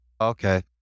Okay